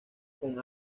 con